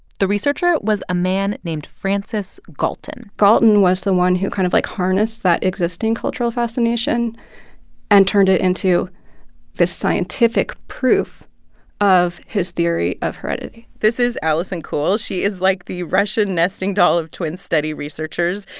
the researcher was a man named francis galton galton was the one who kind of, like, harnessed that existing cultural fascination and turned it into this scientific proof of his theory of heredity this is alison cool. she is like the russian nesting doll of twin study researchers.